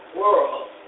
world